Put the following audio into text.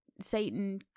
Satan